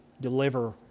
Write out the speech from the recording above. deliver